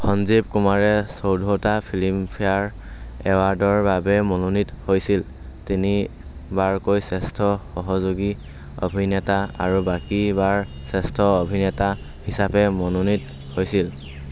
সঞ্জীৱ কুমাৰে চৈধ্যটা ফিল্মফেয়াৰ এৱাৰ্ডৰ বাবে মনোনীত হৈছিল তিনি বাৰকৈ শ্ৰেষ্ঠ সহযোগী অভিনেতা আৰু বাকী বাৰ শ্ৰেষ্ঠ অভিনেতা হিচাপে মনোনীত হৈছিল